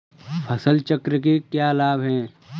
फसल चक्र के क्या लाभ हैं?